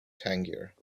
tangier